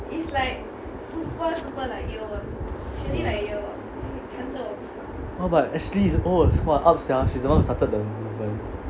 !huh! but ashley oh !wah! up sia she's the one who started the reason